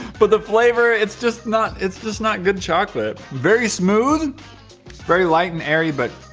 but the flavor it's just not it's just not good chocolate very smooth. it's very light and airy but